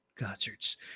Concerts